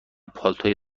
پالتوی